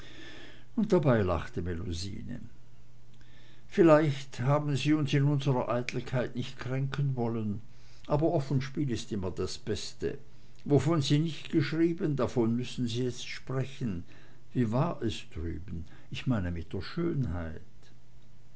und dabei lachte melusine vielleicht haben sie uns in unsrer eitelkeit nicht kränken wollen aber offen spiel ist immer das beste wovon sie nicht geschrieben davon müssen sie jetzt sprechen wie war es drüben ich meine mit der schönheit